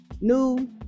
new